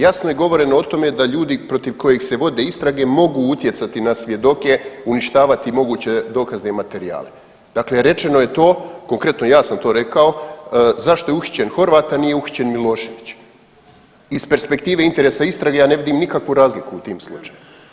Jasno je govoreno o tome da ljudi protiv kojih se vode istrage mogu utjecati na svjedoke, uništavati moguće dokazne materijale, dakle rečeno je to, konkretno ja sam to rekao zašto je uhićen Horvat, a nije uhićen Milošević iz perspektive interesa istrage, ja ne vidim nikakvu razliku u tim slučajevima.